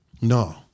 No